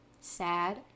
sad